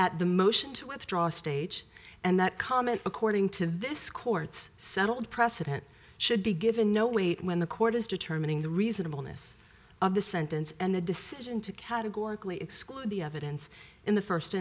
at the motion to withdraw stage and that comment according to this court's settled precedent should be given no weight when the court is determining the reasonableness of the sentence and the decision to categorically exclude the evidence in the first